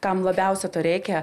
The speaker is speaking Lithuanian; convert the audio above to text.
kam labiausiai to reikia